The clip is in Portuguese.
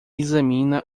examina